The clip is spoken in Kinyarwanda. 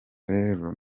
rero